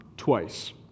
twice